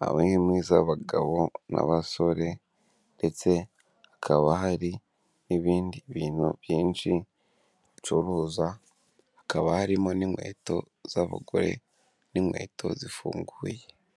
hakaba hari iz'abagabo n'abasore ndetse hakaba hari n'ibindi bintu byinshi bacuruza hakaba harimo n'inkweto z'abagore n'inkweto zifunguye.